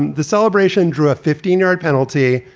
the celebration drew a fifteen yard penalty,